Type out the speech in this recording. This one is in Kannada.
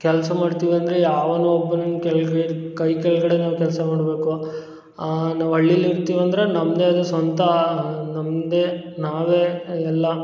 ಕೆಲಸ ಮಾಡ್ತೀವಿ ಅಂದರೆ ಯಾವನು ಒಬ್ಬನ ಕೆಳಗೆ ಕೈ ಕೆಳಗಡೆನು ಕೆಲಸ ಮಾಡಬೇಕು ನಾವು ಹಳ್ಳಿಲಿ ಇರ್ತೀವಂದರೆ ನಮ್ಮದೇ ಆದ ಸ್ವಂತ ನಮ್ಮದೇ ನಾವೇ ಎಲ್ಲ